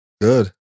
Good